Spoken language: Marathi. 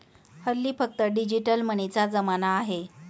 हल्ली फक्त डिजिटल मनीचा जमाना आहे